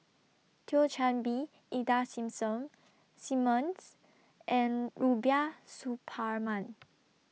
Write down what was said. Thio Chan Bee Ida Simmons and Rubiah Suparman